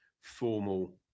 formal